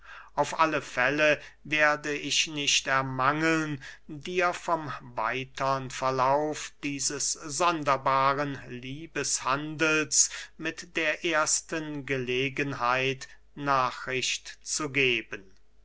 auf alle fälle werde ich nicht ermangeln dir vom weitern verlauf dieses sonderbaren liebeshandels mit der ersten gelegenheit nachricht zu geben